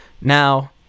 Now